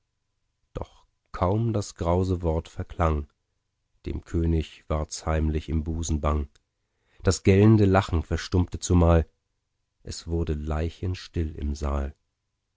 doch kaum das grause wort verklang dem könig wards heimlich im busen bang das gellende lachen verstummte zumal es wurde leichenstill im saal